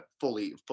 fully